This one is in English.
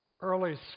early